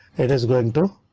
it is going to